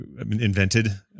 invented